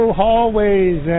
hallways